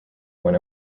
when